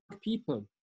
people